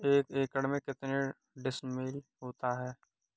एक एकड़ में कितने डिसमिल होता है?